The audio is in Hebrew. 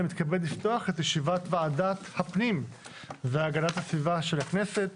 אני מתכבד לפתוח את ישיבת ועדת הפנים והגנת הסביבה של הכנסת.